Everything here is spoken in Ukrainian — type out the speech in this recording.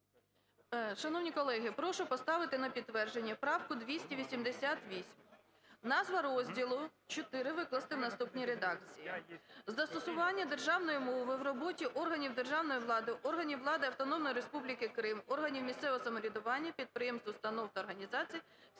Шановні колеги, прошу поставити на підтвердження правку 288. Назву розділу IV викласти в наступній редакції: "Застосування державної мови в роботі органів державної влади, органів влади Автономної Республіки Крим, органів місцевого самоврядування, підприємств, установ та організацій